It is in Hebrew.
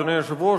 אדוני היושב ראש,